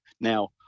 Now